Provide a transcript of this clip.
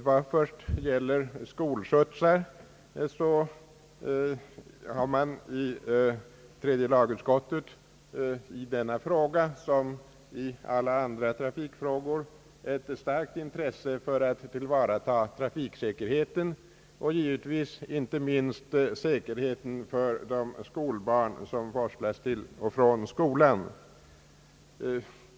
Vad först gäller skolskjutsar har man i tredje lagutskottet i denna fråga som i alla andra trafikfrågor ett starkt intresse för att tillvarata trafiksäkerheten, givetvis inte minst säkerheten för de skolbarn som forslas till och från skolan.